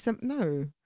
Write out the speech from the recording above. No